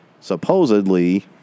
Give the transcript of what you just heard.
Supposedly